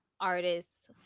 artists